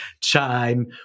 chime